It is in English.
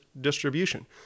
distribution